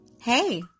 Hey